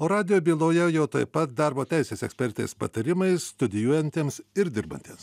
o radijo byloje jau taip pat darbo teisės ekspertės patarimai studijuojantiems ir dirbantiems